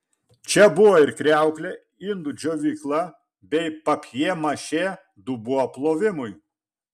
čia buvo ir kriauklė indų džiovykla bei papjė mašė dubuo plovimui